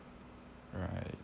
alright